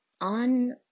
on